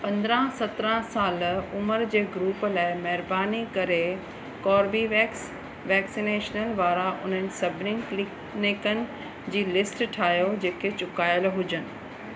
पंद्ररहां सतरहां साल उमिरि जे ग्रुप लाइ महिरबानी करे कोर्बीवेक्स वैक्सिनेशन वारा उन्हनि सभिनी क्लिनिकनि जी लिस्ट ठाहियो जेके चुकायल हुजनि